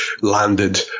landed